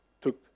took